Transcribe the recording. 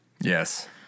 Yes